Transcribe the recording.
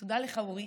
תודה לך, אורי,